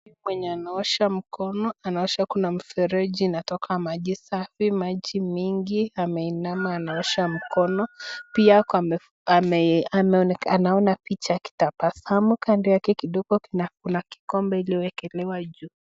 Mtu mwenye anaosha mkono, tunaona mfereji inatoka maji safi, maji mingi ameinama anaosha mkono, pia anaona picha akitabasamu kando yake kidogo kuna kikombe iliyo wekelewa juu.